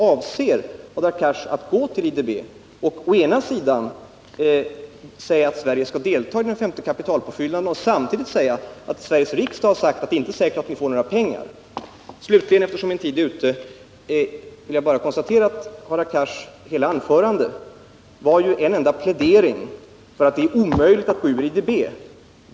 Avser Hadar Cars att gå till IDB och säga att Sverige skall delta i den femte kapitalpåfyllnaden och samtidigt säga att Sveriges riksdag har uttalat att det inte är säkert att det blir några pengar. Slutligen, eftersom min tid är ute, vill jag bara konstatera att Hadar Cars hela anförande var en enda plädering för omöjligheten att gå ur IDB.